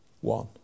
One